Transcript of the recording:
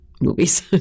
movies